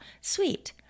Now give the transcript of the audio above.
sweet